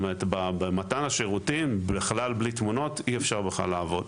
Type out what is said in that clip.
במתן השירותים, בכלל בלי תמונות, אי אפשר לעבוד,